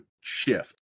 shift